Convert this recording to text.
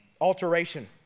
alteration